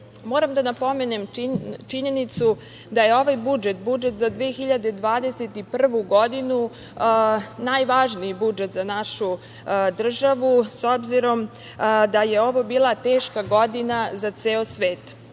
da napomenem činjenicu da je ovaj budžet, budžet za 2021. godinu, najvažniju budžet za našu državu, s obzirom da je ovo bila teška godina za ceo svet. Ono